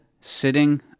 sitting